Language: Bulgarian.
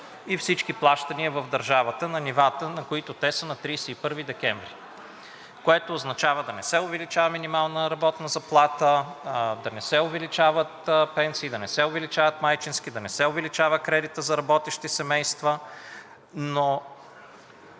и всички плащания в държавата на нивата, на които те са на 31 декември, което означава да не се увеличава минимална работна заплата, да не се увеличават пенсии, да не се увеличават майчински, да не се увеличава кредитът за работещи семейства, но